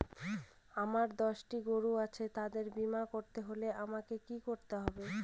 আমার দশটি গরু আছে তাদের বীমা করতে হলে আমাকে কি করতে হবে?